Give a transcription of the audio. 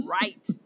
right